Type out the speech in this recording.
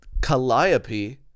Calliope